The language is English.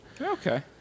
okay